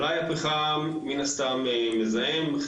מלאי הפחם מן הסתם מזהם.